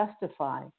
justify